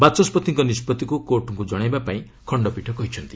ବାଚସ୍କତିଙ୍କ ନିଷ୍କଭିକୁ କୋର୍ଟଙ୍କୁ ଜଣାଇବାକୁ ଖଣ୍ଡପୀଠ କହିଚ୍ଛନ୍ତି